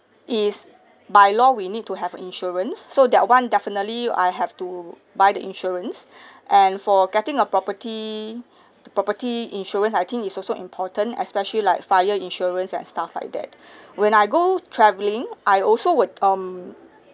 is by law we need to have a insurance so that one definitely I have to buy the insurance and for getting a property the property insurance I think is also important especially like fire insurance and stuff like that when I go travelling I also would um